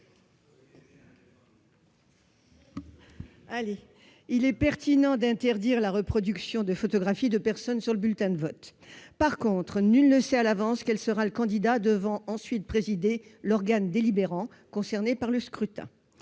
Il est pertinent d'interdire la reproduction de photographie de personnes sur le bulletin de vote. En revanche, nul ne sait à l'avance quel sera le candidat qui devra ensuite présider l'organe délibérant concerné par le scrutin.